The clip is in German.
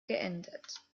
geändert